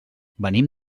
venim